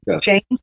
Change